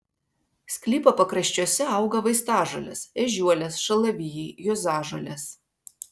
sklypo pakraščiuose auga vaistažolės ežiuolės šalavijai juozažolės